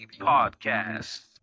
Podcast